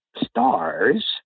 stars